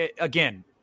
again